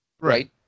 Right